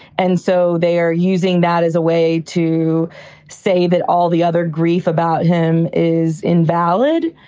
and so they're using that as a way to say that all the other grief about him is invalid.